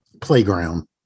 playground